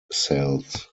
cells